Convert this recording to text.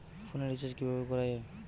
ফোনের রিচার্জ কিভাবে করা যায়?